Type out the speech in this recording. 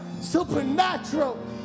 supernatural